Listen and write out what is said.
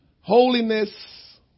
Holiness